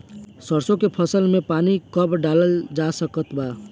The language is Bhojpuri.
सरसों के फसल में पानी कब डालल जा सकत बा?